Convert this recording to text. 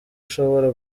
ushobora